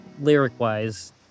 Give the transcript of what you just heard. Lyric-wise